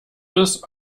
bis